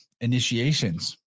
initiations